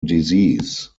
disease